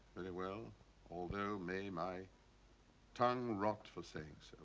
very well, although may my tongue rot for saying so.